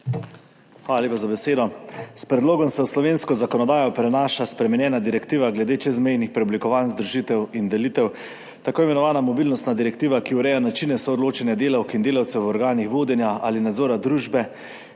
Hvala lepa za besedo. S predlogom se v slovensko zakonodajo prenaša spremenjena direktiva glede čezmejnih preoblikovanj, združitev in delitev, tako imenovana mobilnostna direktiva, ki ureja načine soodločanja delavk in delavcev v organih vodenja ali nadzora družbe,